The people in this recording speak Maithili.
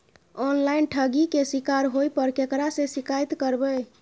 ऑनलाइन ठगी के शिकार होय पर केकरा से शिकायत करबै?